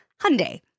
Hyundai